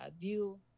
View